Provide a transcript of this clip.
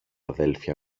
αδέλφια